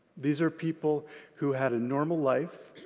these are people who had a normal life,